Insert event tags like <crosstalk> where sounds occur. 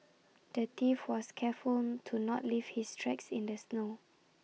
<noise> the thief was careful to not leave his tracks in the snow